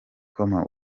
comment